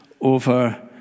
over